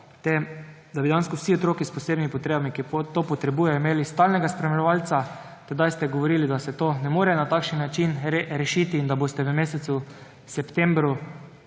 da bi dejansko vsi otroci s posebnimi potrebami, ki to potrebujejo, imeli stalnega spremljevalca. Tedaj ste govorili, da se to ne more na takšen način rešiti in da boste v mesecu septembru